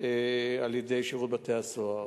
על-ידי שירות בתי-הסוהר.